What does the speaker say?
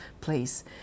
place